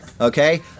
Okay